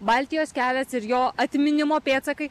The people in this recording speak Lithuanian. baltijos kelias ir jo atminimo pėdsakai